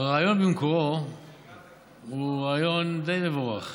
הרעיון במקורו הוא רעיון די מבורך,